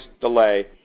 delay